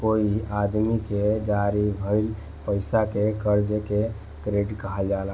कोई आदमी के जारी भइल पईसा के कर्जा के क्रेडिट कहाला